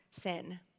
sin